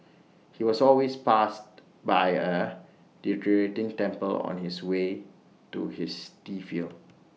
he was always passed by A deteriorating temple on his way to his tea field